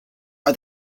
are